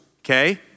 okay